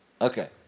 Okay